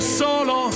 solo